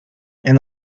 and